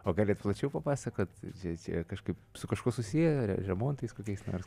o galit plačiau papasakoti čia čia kažkaip su kažkuo susiję remontais kokiais nors